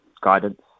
guidance